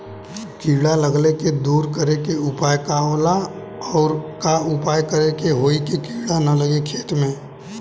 कीड़ा लगले के दूर करे के उपाय का होला और और का उपाय करें कि होयी की कीड़ा न लगे खेत मे?